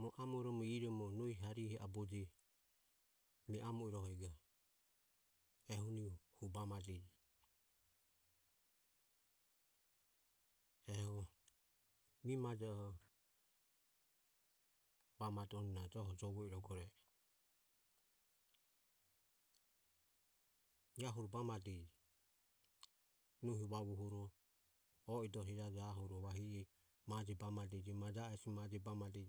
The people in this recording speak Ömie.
mu amoromo iromo nohi harihu aboji e mi amo irohego e huni hu bamadeje. Eho mimajoho bamadohuni na joho jovo irogoro e e ia huro bamade nohi vavuohuro o i dore hijaje ahuro vahi e maje bamadeje maja e hesi bamadeje.